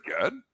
good